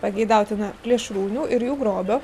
pageidautina plėšrūnių ir jų grobio